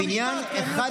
אולי הם מושחתים,